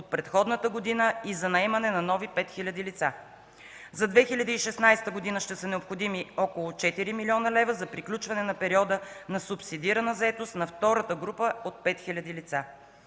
от предходната година и за наемане на нови 5000 лица. За 2016 г. ще са необходими около 4 млн. лв. за приключване на периода на субсидирана заетост на втората група от 5000 лица.